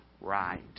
right